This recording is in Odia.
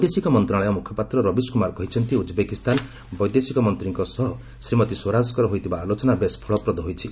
ବୈଦେଶିକ ମନ୍ତ୍ରଣାଳୟ ମୁଖପାତ୍ର ରବୀଶ କୁମାର କହିଛନ୍ତି ଉଜ୍ବେକିସ୍ତାନ ବୈଦେଶିକ ମନ୍ତ୍ରୀଙ୍କ ସହ ଶ୍ରୀମତୀ ସ୍ୱରାଜଙ୍କର ହୋଇଥିବା ଆଲୋଚନା ବେଶ୍ ଫଳପ୍ରଦ ହୋଇଛି